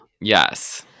Yes